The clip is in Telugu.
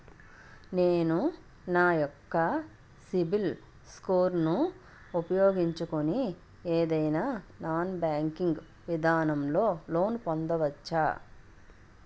నేను నా యెక్క సిబిల్ స్కోర్ ను ఉపయోగించుకుని ఏదైనా నాన్ బ్యాంకింగ్ విధానం లొ లోన్ పొందవచ్చా?